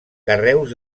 carreus